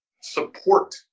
support